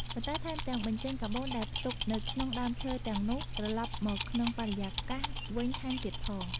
ប៉ុន្តែថែមទាំងបញ្ចេញកាបូនដែលបានផ្ទុកនៅក្នុងដើមឈើទាំងនោះត្រឡប់មកក្នុងបរិយាកាសវិញថែមទៀតផង។